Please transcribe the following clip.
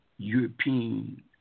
European